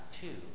two